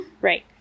Right